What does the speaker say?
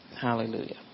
Hallelujah